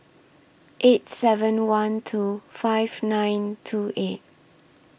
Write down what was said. eight seven one two five nine two eight